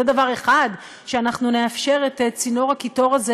זה דבר אחד שאנחנו נאפשר את צינור הקיטור הזה